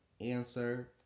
answer